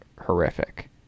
horrific